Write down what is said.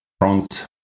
front